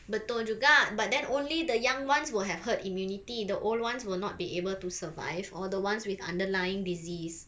betul juga but then only the young ones will have herd immunity the old ones would not be able to survive or the ones with underlying disease